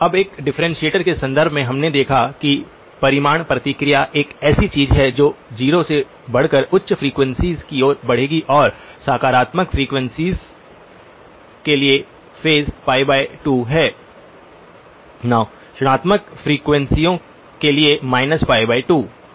अब एक डिफ्रेंटिएटर के संदर्भ में हमने देखा कि परिमाण प्रतिक्रिया एक ऐसी चीज है जो 0 से बढ़कर उच्च फ्रीक्वेंसीयों की ओर बढ़ेगी और सकारात्मक फ्रीक्वेंसीयों के लिए फेज π 2 है ऋणात्मक फ्रीक्वेंसीयों के लिए π 2